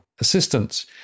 assistance